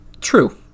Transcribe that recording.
true